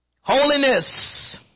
Holiness